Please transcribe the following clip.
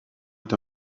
est